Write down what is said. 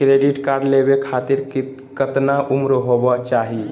Credit card लेवे खातीर कतना उम्र होवे चाही?